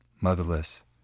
Motherless